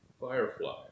Firefly